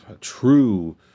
true